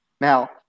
Now